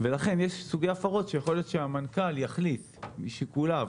ולכן יש סוגי הפרות שיכול להיות שהמנכ"ל יחליט משיקוליו